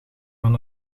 van